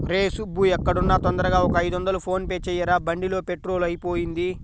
రేయ్ సుబ్బూ ఎక్కడున్నా తొందరగా ఒక ఐదొందలు ఫోన్ పే చెయ్యరా, బండిలో పెట్రోలు అయిపొయింది